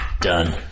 Done